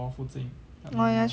true true true